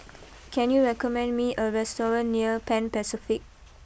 can you recommend me a restaurant near Pan Pacific